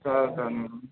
చాలు చాలు